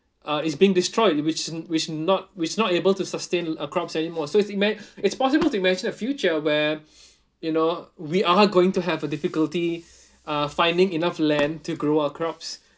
uh is being destroyed which which not which not able to sustain uh crops anymore so it's ima~ it's possible to imagine a future where you know we are going to have a difficulty uh finding enough land to grow our crops